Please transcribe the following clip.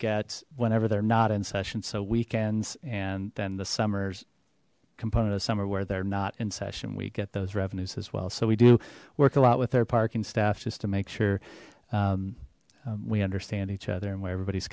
get whenever they're not in session so weekends and then the summers component of summer where they're not in session we get those revenues as well so we do work a lot with their parking staff just to make sure we understand each other and where everybody's